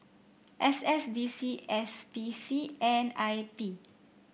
S S D C S P C and I P